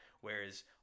Whereas